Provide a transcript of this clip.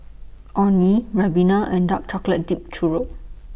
Orh Nee Ribena and Dark Chocolate Dipped Churro